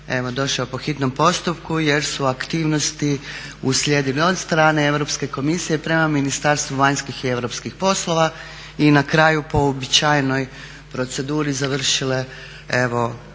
evo došao po hitnom postupku jer su aktivnosti uslijedile od strane Europske komisije prema Ministarstvu vanjskih i europskih poslova. I na kraju po uobičajenoj proceduri završile